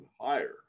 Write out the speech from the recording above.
higher